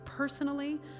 personally